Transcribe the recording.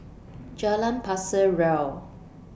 Jalan Pasir Ria